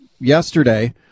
yesterday